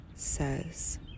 says